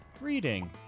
Reading